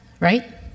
right